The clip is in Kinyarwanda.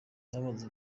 bamaze